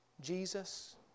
Jesus